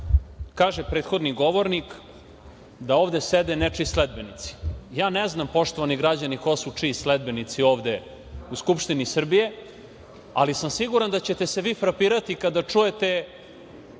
prethodni govornik da ovde sede nečiji sledbenici. Ja ne znam, poštovani građani, ko su čiji sledbenici ovde u Skupštini Srbije, ali sam siguran da ćete se vi frapirati kada čujete